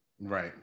Right